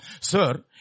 Sir